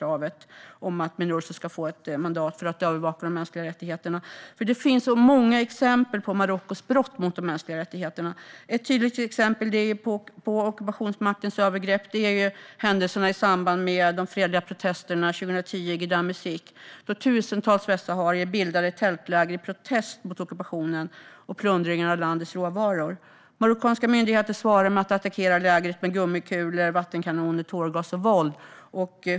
Även om det är tungt och svårt får vi inte ge upp. Det finns så många exempel på Marockos brott mot de mänskliga rättigheterna. Ett tydligt exempel på ockupationsmaktens övergrepp är händelserna i samband med de fredliga protesterna 2010 i Gdeim Izik. Tusentals västsaharier bildade tältläger i protest mot ockupationen och plundringarna av landets råvaror. Marockanska myndigheter svarade med att attackera lägret med gummikulor, vattenkanoner, tårgas och våld.